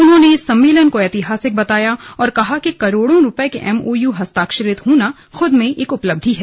उन्होंने इस सम्मेलन को ऐतिहासिक बताया और कहा कि करोड़ों रुपये के एम ओ यू हस्ताक्षरित होना खुद में एक उपलब्धि है